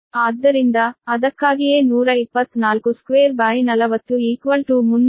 ಆದ್ದರಿಂದ ಅದಕ್ಕಾಗಿಯೇ 124240 384